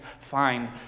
find